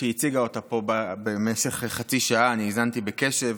שהיא הציגה אותה פה במשך חצי שעה: אני האזנתי בקשב,